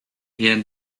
rien